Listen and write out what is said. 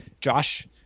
Josh